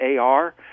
AR